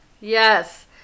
Yes